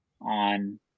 on